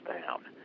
down